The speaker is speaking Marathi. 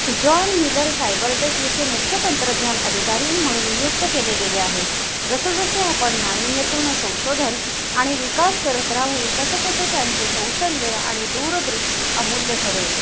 जॉन मिलर सायबर टेक येथे मुख्य तंत्रज्ञान अधिकारी म्हणून नियुक्त केले गेले आहे जसं जसे आपण नाविन्यपूर्ण संशोधन आणि विकास करत राहू तसं तसे त्यांचे कौशल्य आणि दूरदृष्टी अमूल्य ठरेल